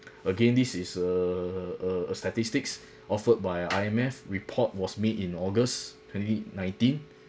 again this is uh uh statistics offered by I_M_F report was made in august twenty nineteen